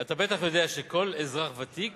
אתה בטח יודע שכל אזרח ותיק